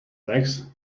legs